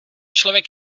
člověk